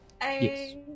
Yes